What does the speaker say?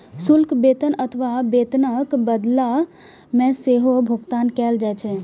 शुल्क वेतन अथवा वेतनक बदला मे सेहो भुगतान कैल जाइ छै